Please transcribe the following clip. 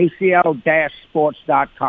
acl-sports.com